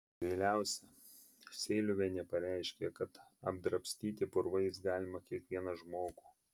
galiausiai seiliuvienė pareiškė kad apdrabstyti purvais galima kiekvieną žmogų